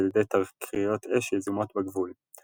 על ידי תקריות אש יזומות בגבול.